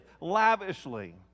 lavishly